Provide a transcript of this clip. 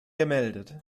gemeldet